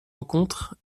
encontre